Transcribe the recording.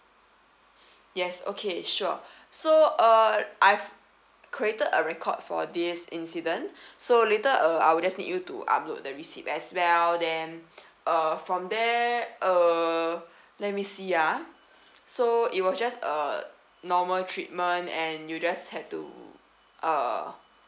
yes okay sure so uh I've created a record for this incident so later uh I will just need you to upload the receipt as well then uh from there uh let me see ah so it was just a normal treatment and you just had to uh